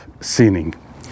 sinning